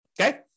Okay